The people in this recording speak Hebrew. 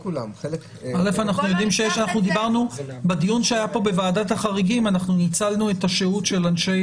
בדיון שהיה פה בוועדת החריגים אנחנו ניצלנו את השהות של אנשי